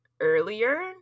earlier